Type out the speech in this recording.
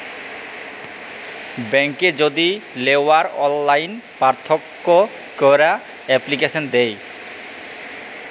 ব্যাংকে যদি লেওয়ার অললাইন পার্থনা ক্যরা এপ্লিকেশন দেয়